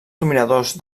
dominadors